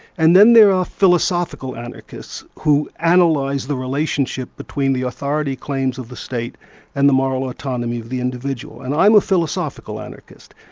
and then there are philosophical anarchists, who analyse and like the relationship between the authority claims of the state and the moral autonomy of the individual. and i'm a philosophical anarchist.